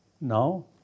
Now